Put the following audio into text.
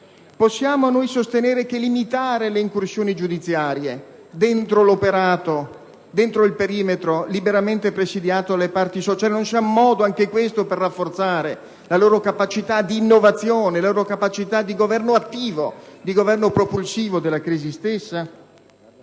Possiamo noi sostenere che limitare le incursioni giudiziarie dentro l'operato, dentro il perimetro liberamente presidiato dalle parti sociali, non sia un modo per rafforzare la loro capacità di innovazione e di governo attivo e propulsivo della crisi stessa?